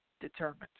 determined